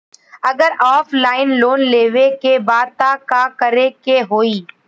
अगर offline loan लेवे के बा त का करे के होयी?